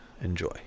Enjoy